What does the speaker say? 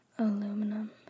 Aluminum